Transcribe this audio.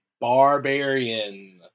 Barbarian